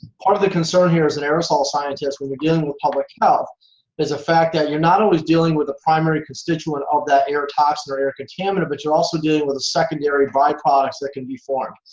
part of the concern here is that and aerosol science says when you're dealing with public health is the fact that you're not always dealing with the primary constituent of that air toxin or air contaminant, but you're also dealing with the secondary by-products that can be formed.